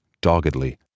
doggedly